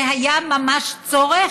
זה היה ממש צורך,